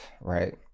right